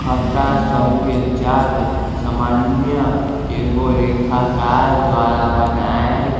खता शभके चार्ट सामान्य एगो लेखाकार द्वारा बनायल